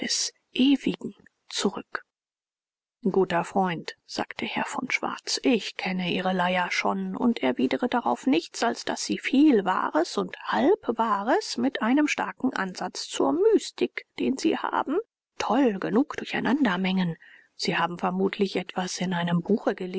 ewigen zurück guter freund sagte herr von schwarz ich kenne ihre leier schon und erwidere darauf nichts als daß sie viel wahres und halbwahres mit einem starken ansatz zur mystik den sie haben toll genug durch einander mengen sie haben vermutlich etwas in einem buche